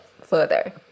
further